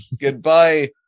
Goodbye